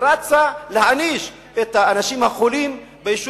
היא רצה להעניש את האנשים החולים ביישוב,